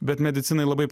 bet medicinai labai